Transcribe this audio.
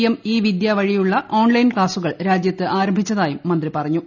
M e Vidya വഴിയുള്ള online ക്ലാസുകൾ രാജ്യത്ത് ആരംഭിച്ചതായും മന്ത്രി പറഞ്ഞു